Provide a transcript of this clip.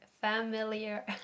familiar